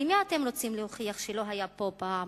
למי אתם רוצים להוכיח שלא היה פה פעם